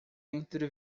entre